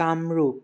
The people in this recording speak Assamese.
কামৰূপ